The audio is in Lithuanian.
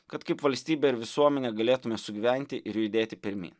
kad kaip valstybė ir visuomenė galėtume sugyventi ir judėti pirmyn